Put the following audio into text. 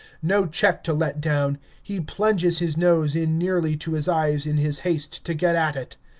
no check to let down he plunges his nose in nearly to his eyes in his haste to get at it.